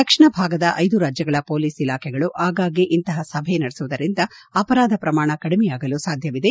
ದಕ್ಷಿಣ ಭಾಗದ ಐದು ರಾಜ್ಜಗಳ ಮೊಲೀಸ್ ಇಲಾಖೆಗಳು ಆಗಾಗ್ಗೇ ಇಂತಹ ಸಭೆ ನಡೆಸುವುದರಿಂದ ಅಪರಾಧ ಪ್ರಮಾಣ ಕಡಿಮೆಯಾಗಲು ಸಾಧ್ಯವಿದೆ